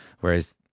whereas